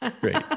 Great